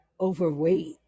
overweight